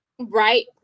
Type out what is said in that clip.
Right